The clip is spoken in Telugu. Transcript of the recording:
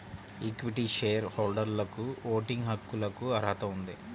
ఈక్విటీ షేర్ హోల్డర్లకుఓటింగ్ హక్కులకుఅర్హత ఉంది